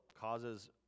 causes